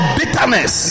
bitterness